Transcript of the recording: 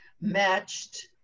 matched